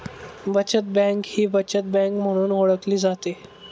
बचत बँक ही बचत बँक म्हणून ओळखली जाते